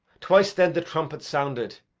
twice then the trumpets sounded,